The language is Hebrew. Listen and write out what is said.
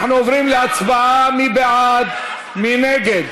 התשע"ז 2017, נתקבל.